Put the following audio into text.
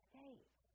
States